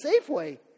Safeway